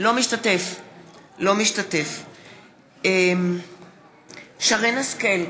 אינו משתתף בהצבעה שרן השכל,